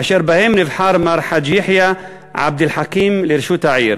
אשר בהן נבחר מר חאג' יחיא עבד אל חכים לראשות העיר.